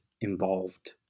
involved